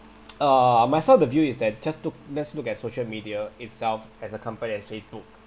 uh myself the view is that just took let's look at social media itself as a company and facebook